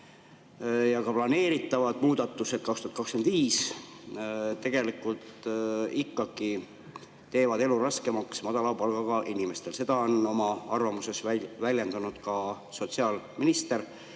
ja ka planeeritavad muudatused 2025 tegelikult ikkagi teevad elu raskemaks madala palgaga inimestel. Seda on oma arvamuses väljendanud ka sotsiaalkaitseminister,